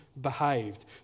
behaved